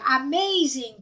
amazing